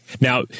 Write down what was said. Now